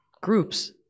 groups